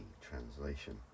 translation